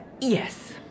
Yes